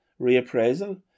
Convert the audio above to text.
reappraisal